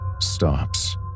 stops